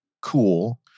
cool